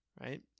right